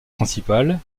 principales